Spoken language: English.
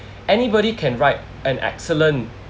anybody can write an excellent